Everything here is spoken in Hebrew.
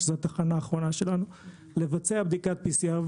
שזאת התחנה האחרונה שלנו כדי לבצע בדיקת PCR,